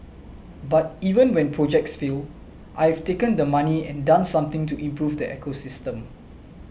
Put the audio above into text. but even when projects fail I have taken the money and done something to improve the ecosystem